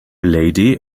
lady